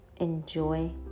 Enjoy